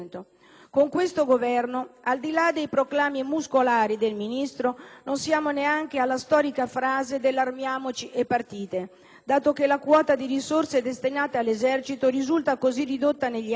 Con questo Governo, al di là dei proclami muscolari del Ministro, non siamo neanche alla storica frase dell'«armiamoci e partite», dato che la quota di risorse destinate all'Esercito risulta così ridotta negli anni